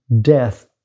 death